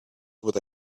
would